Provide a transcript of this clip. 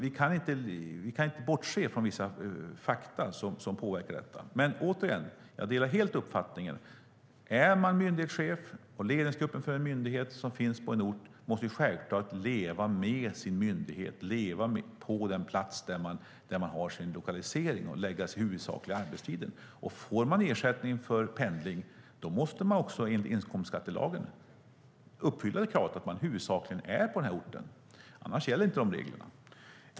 Vi kan inte bortse från vissa fakta som påverkar detta. Återigen delar jag helt uppfattningen: En myndighetschef och ledningsgruppen i en myndighet som finns på en ort måste självklart leva med sin myndighet, leva på den plats där man har sin lokalisering och förlägga den huvudsakliga arbetstiden där. Får man ersättning för pendling måste man enligt inkomstskattelagen uppfylla kravet att huvudsakligen vara på den orten - annars gäller inte de reglerna.